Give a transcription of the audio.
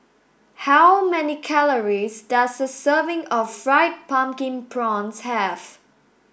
how many calories does a serving of fried pumpkin prawns have